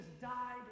died